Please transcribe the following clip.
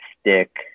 stick